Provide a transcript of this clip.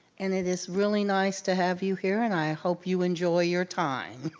and it is really nice to have you here and i hope you enjoy your time.